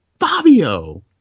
Fabio